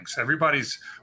Everybody's